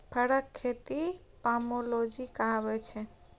फरक खेती पामोलोजी कहाबै छै